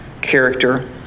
character